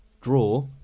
draw